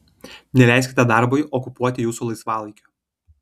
neleiskite darbui okupuoti jūsų laisvalaikio